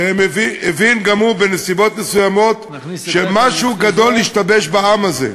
שהבין גם הוא בנסיבות מסוימות שמשהו גדול השתבש בעם הזה,